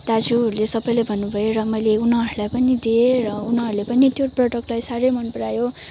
दाजुहरूले सबैले भन्नुभयो र मैले उनीहरूलाई पनि दिएँ र उनीहरूले पनि त्यो प्रडक्टलाई साह्रै मनपरायो